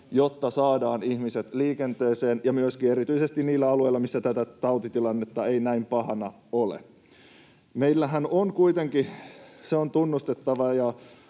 jotta saadaan ihmiset liikenteeseen, ja erityisesti niillä alueilla, millä tämä tautitilanne ei näin pahana ole. Meillähän on kuitenkin... Se on tunnustettava